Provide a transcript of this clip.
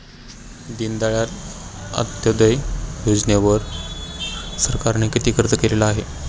दीनदयाळ अंत्योदय योजनेवर सरकारने किती खर्च केलेला आहे?